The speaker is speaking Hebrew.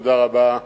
תודה רבה,